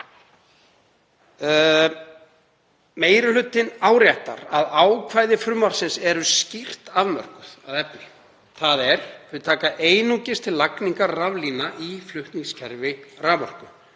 Meiri hlutinn áréttar að ákvæði frumvarpsins eru skýrt afmörkuð að efni, þ.e. þau taka einungis til lagningar raflína í flutningskerfi raforku.